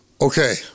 okay